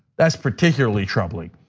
that's particularly troubling.